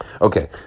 Okay